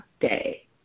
day